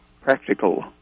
practical